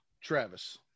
Travis